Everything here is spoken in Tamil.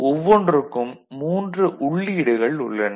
ஒவ்வொன்றுக்கும் 3 உள்ளீடுகள் உள்ளன